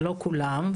לא כולם,